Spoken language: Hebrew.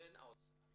בין האוצר